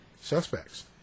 suspects